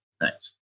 Thanks